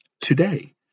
Today